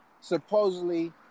supposedly